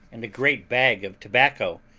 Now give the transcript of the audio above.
and a great bag of tobacco,